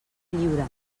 lliure